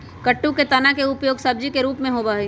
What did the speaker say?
कुट्टू के तना के उपयोग सब्जी के रूप में होबा हई